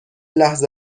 لحظه